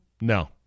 No